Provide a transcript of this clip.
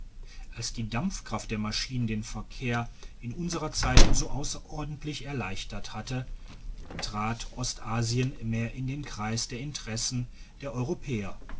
als die damplkraft der maschinen den verkehr in unserer zeit so ausserordentlich erleichtert hatte trat ostasien mehr in den kreis der interessen der europäer